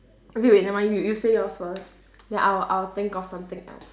okay wait never mind you you say yours first then I'll I'll think of something else